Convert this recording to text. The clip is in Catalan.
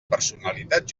personalitat